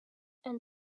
and